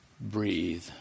breathe